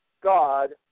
God